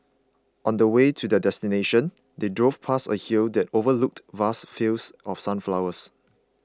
on the way to their destination they drove past a hill that overlooked vast fields of sunflowers